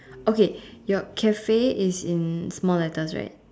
okay your Cafe is in small letters right